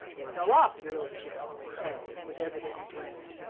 it fell off, your lordship, he said, with evident enjoyment.